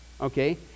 okay